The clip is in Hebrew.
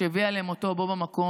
והיא הביאה למותו בו במקום.